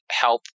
help